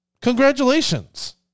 Congratulations